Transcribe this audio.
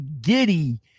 giddy